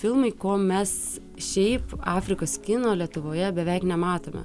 filmai ko mes šiaip afrikos kino lietuvoje beveik nematome